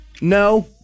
No